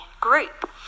group